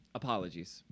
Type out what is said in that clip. apologies